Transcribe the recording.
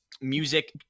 music